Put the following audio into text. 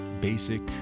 basic